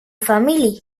familie